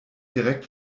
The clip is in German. direkt